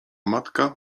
matka